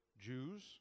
Jews